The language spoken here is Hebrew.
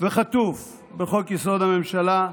וחטוף בחוק-יסוד: הממשלה,